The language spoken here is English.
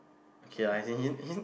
okay lah as in he he